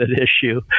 issue